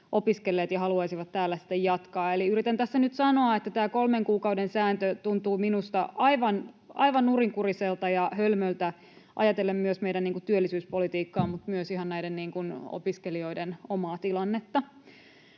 opiskelleet ja haluaisivat täällä jatkaa. Eli yritän tässä nyt sanoa, että tämä kolmen kuukauden sääntö tuntuu minusta aivan nurinkuriselta ja hölmöltä ajatellen meidän työllisyyspolitiikkaa mutta myös ihan näiden opiskelijoiden omaa tilannetta.